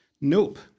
Nope